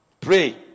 Pray